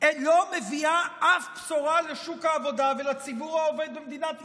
לא מביאה אף בשורה לשוק העבודה ולציבור העובד במדינת ישראל,